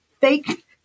fake